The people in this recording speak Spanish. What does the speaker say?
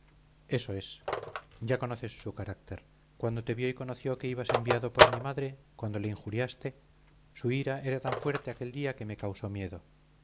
eso eso es ya conoces su carácter cuando te vio y conoció que ibas enviado por mi madre cuando le injuriaste su ira era tan fuerte aquel día que me causó miedo